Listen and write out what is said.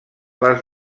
les